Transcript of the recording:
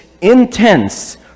intense